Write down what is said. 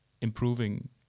improving